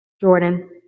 Jordan